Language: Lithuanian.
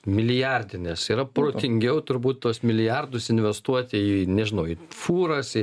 milijardinės yra protingiau turbūt tuos milijardus investuoti į nežinau į fūras į